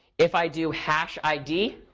if i do hash id.